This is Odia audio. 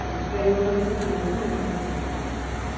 ଭିକାରୀ ବଳ ଗୀତ ଶୁଣିବାକୁ ମତେ ବହୁତ ଭଲ ଲାଗେ